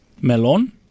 Melon